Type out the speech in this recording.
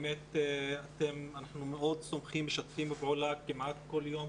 אנחנו מאוד סומכים ומשתפים פעולה כמעט כל יום.